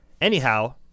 Anyhow